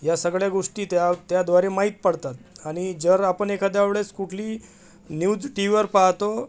ह्या सगळ्या गोष्टी त्या त्याद्वारे माहीत पडतात आणि जर आपण एखाद्या वेळेस कुठली न्यूज टी व्हीवर पाहतो